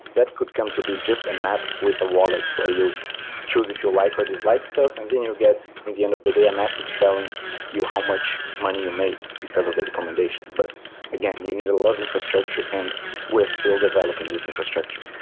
that could come to be just an app with a wallet, where you choose if you like or dislike stuff, and then you get in the end of the day a message telling you how much money you made because of the recommendations. but again, you need a lot of infrastructure and we're still developing this infrastructure.